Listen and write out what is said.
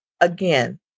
again